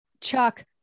Chuck